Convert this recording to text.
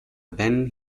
then